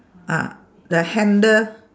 ah the handle